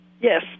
Yes